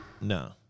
no